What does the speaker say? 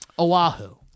Oahu